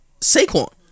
Saquon